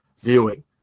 viewing